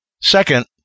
Second